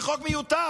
זה חוק מיותר.